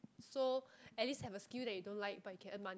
so at least have a skill that you don't like but you can earn money